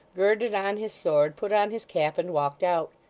girded on his sword, put on his cap, and walked out.